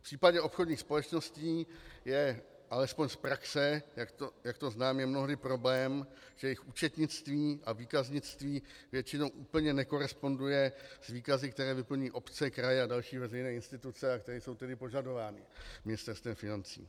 V případě obchodních společností je alespoň z praxe, jak to znám, mnohdy problém, že jejich účetnictví a výkaznictví většinou úplně nekoresponduje s výkazy, které vyplňují obce, kraje a další veřejné instituce a které jsou požadovány Ministerstvem financí.